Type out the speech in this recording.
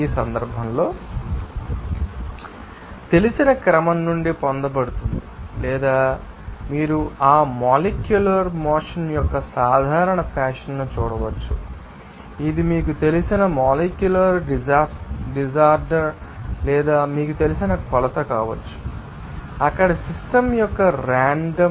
ఈ సందర్భంలో ఈ పని మీకు తెలిసిన క్రమం నుండి పొందబడుతుంది లేదా మీరు ఆ మొలేక్యూలర్ మోషన్ యొక్క సాధారణ ఫ్యాషన్ను చూడవచ్చు మరియు ఇది మీకు తెలిసిన మొలేక్యూలర్ డిసార్డర్ లేదా మీకు తెలిసిన కొలత కావచ్చు అక్కడ సిస్టమ్ యొక్క రేన్ డమ్